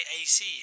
AC